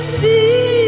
see